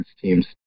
teams